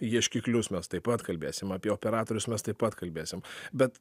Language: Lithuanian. ieškiklius mes taip pat kalbėsim apie operatorius mes taip pat kalbėsim bet